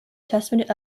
testament